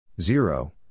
Zero